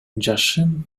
жашын